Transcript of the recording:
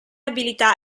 abilità